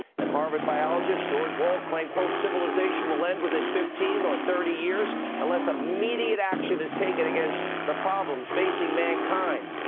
and harvard biologist george while claiming civilizational end within fifteen or thirty years unless immediate action is taken against the problems facing mankind.